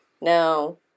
no